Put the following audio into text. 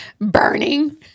burning